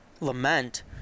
lament